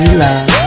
love